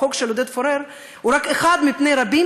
החוק של עודד פורר הוא רק אחד מרבים,